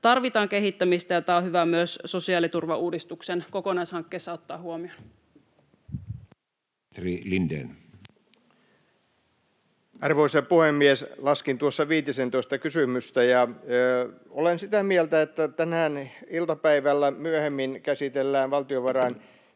tarvitaan kehittämistä, ja tämä on hyvä myös sosiaaliturvauudistuksen kokonaishankkeessa ottaa huomioon. Ministeri Lindén. Arvoisa puhemies! Laskin tuossa viitisentoista kysymystä, ja olen sitä mieltä, että kun tänään iltapäivällä myöhemmin käsitellään valtiovarainministeriön